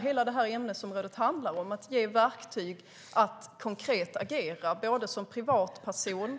Hela ämnesområdet handlar om att ge eleverna verktyg för att kunna agera konkret, både som privatperson,